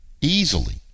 easily